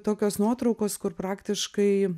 tokios nuotraukos kur praktiškai